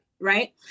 Right